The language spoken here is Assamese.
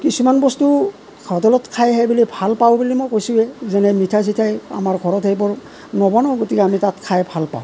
কিছুমান বস্তু হোটেলত খাইহে বুলি ভাল পাওঁ বুলি মই কৈছোঁয়েই যেনে মিঠাই চিঠাই আমাৰ ঘৰত সেইবোৰ নবনাওঁ গতিকে আমি তাত খায় ভাল পাওঁ